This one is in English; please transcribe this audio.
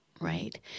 Right